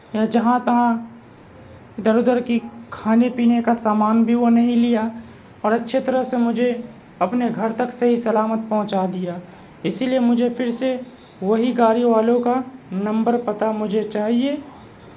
یا جہاں تہاں در در کی کھانے پینے کا سامان بھی وہ نہیں لیا اور اچھے طرح سے مجھے اپنے گھر تک صحیح سلامت پہنچا دیا اسی لیے مجھے پھر سے وہی گاڑی والوں کا نمبر پتہ مجھے چاہیے